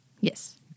Yes